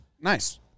Nice